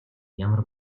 ямар